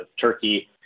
turkey